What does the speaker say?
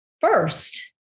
first